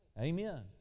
Amen